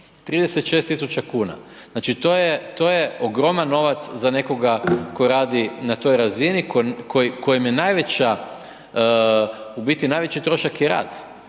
36.000,00 kn, znači, to je ogroman novac za nekoga tko radi na toj razini, kojem je najveća, u biti